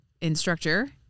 instructor